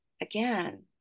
again